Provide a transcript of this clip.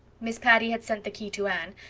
miss patty had sent the key to anne,